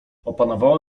opanowała